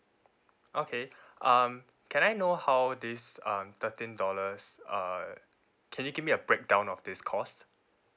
okay um can I know how this um thirteen dollars uh can you give me a breakdown of this cost